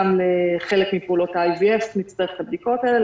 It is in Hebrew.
גם לחלק מפעולות ה-IVF נצטרך את הבדיקות האלה.